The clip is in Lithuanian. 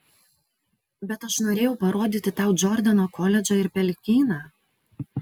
bet aš norėjau parodyti tau džordano koledžą ir pelkyną